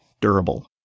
durable